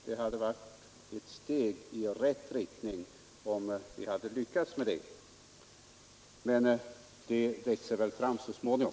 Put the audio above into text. Det hade varit ett steg i rätt riktning om vi hade lyckats med detta, men det växer väl fram så småningom.